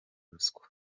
rushanwa